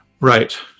Right